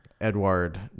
Edward